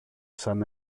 σαν